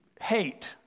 hate